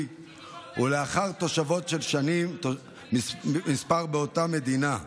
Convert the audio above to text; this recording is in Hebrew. ולאחר תושבות של כמה שנים באותה המדינה,